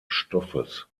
stoffes